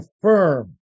affirm